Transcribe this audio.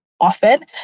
often